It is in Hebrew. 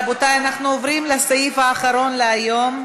רבותי, אנחנו עוברים לסעיף האחרון של היום: